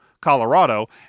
Colorado